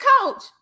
coach